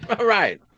right